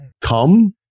Come